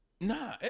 Nah